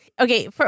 Okay